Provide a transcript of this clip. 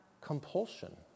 compulsion